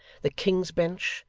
the king's bench,